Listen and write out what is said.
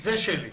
"זה שלי".